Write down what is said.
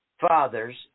fathers